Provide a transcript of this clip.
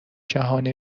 جهان